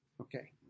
Okay